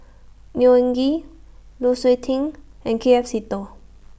Neo Anngee Lu Suitin and K F Seetoh